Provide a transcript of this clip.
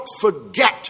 forget